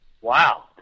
Wow